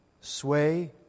sway